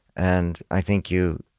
and i think you